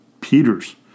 Peter's